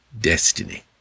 destiny